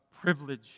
privilege